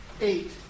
eight